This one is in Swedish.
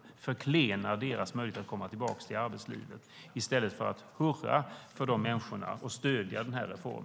De förringar deras möjlighet att komma tillbaka till arbetslivet, i stället för att hurra för dessa människor och stödja denna reform.